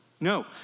no